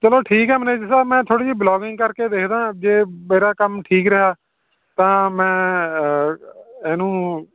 ਚਲੋ ਠੀਕ ਆ ਮੈਨੇਜਰ ਸਾਹਿਬ ਮੈਂ ਥੋੜ੍ਹੀ ਜਿਹੀ ਬਲੋਗਿੰਗ ਕਰਕੇ ਦੇਖਦਾ ਜੇ ਮੇਰਾ ਕੰਮ ਠੀਕ ਰਿਹਾ ਤਾਂ ਮੈਂ ਇਹਨੂੰ